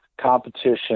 competition